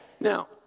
Now